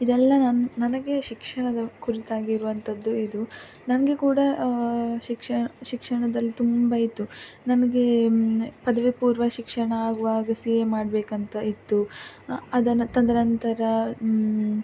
ಇದೆಲ್ಲ ನನಗೆ ಶಿಕ್ಷಣದ ಕುರಿತಾಗಿ ಇರುವಂಥದ್ದು ಇದು ನನಗೆ ಕೂಡ ಶಿಕ್ಷಣ ಶಿಕ್ಷಣದಲ್ಲಿ ತುಂಬ ಇತ್ತು ನನಗೆ ಪದವಿ ಪೂರ್ವ ಶಿಕ್ಷಣ ಆಗುವಾಗ ಸಿ ಎ ಮಾಡಬೇಕು ಅಂತ ಇತ್ತು ಅದನ್ನು ತದ ನಂತರ